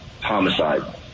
homicide